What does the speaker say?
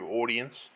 audience